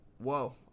Whoa